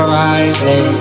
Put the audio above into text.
wisely